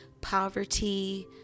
poverty